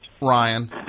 Ryan